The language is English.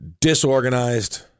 disorganized